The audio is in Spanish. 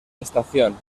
estación